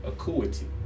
Acuity